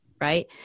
right